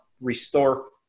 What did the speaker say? restore